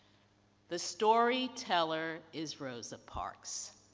the story teller is rosa parks.